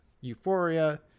Euphoria